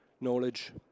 knowledge